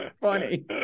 funny